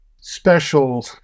special